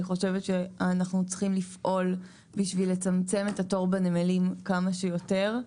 אני חושבת שאנחנו צריכים לפעול בשביל לצמצם את התור בנמלים כמה שיותר.